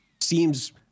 seems